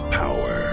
power